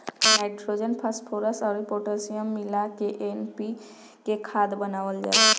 nitrogen, phosphorus अउर potassium मिला के एन.पी.के खाद बनावल जाला